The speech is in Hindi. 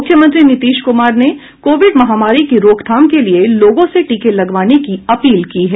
मुख्यमंत्री नीतीश कुमार ने कोविड महामारी की रोकथाम के लिए लोगों से टीके लगवाने की अपील की है